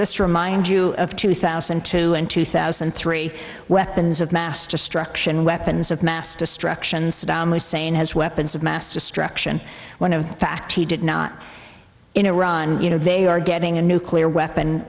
this remind you of two thousand and two and two thousand and three weapons of mass destruction weapons of mass destruction saddam hussein has weapons of mass destruction one of the fact he did not in iran you know they are getting a nuclear weapon